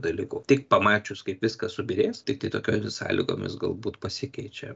dalyku tik pamačius kaip viskas subyrės tiktai tokiomis sąlygomis galbūt pasikeičia